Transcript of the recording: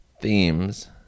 themes